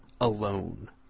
alone